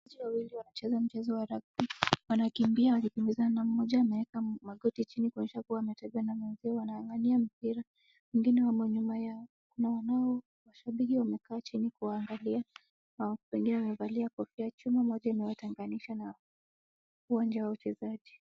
Wachezaji wawili wanacheza mchezo wa rugby . Wanakimbia wakikimbizana. Mmoja ameeka magoti chini kuonyesha kuwa ametegwa na anangangania mpira . Wengine wamo nyuma yao na wanaoshabiki wamekaa chini kuwaangalia na mwingine amevaa kofia .Chuma moja imewatenganisha na uwanja wa wachezaji.